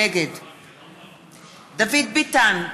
נגד דוד ביטן,